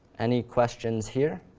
any questions here?